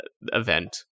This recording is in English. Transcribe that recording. event